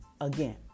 Again